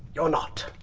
you're not.